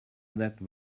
that